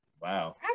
Wow